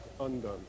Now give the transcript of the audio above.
undone